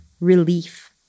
relief